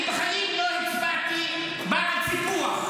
אני בחיים לא הצבעתי בעד סיפוח,